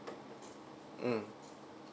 mm